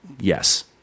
yes